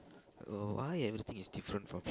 oh why everything is different from